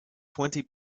twenty